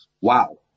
Wow